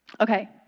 Okay